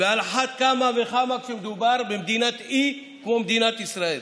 ועל אחת כמה וכמה כשמדובר במדינת אי כמו מדינת ישראל,